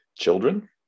children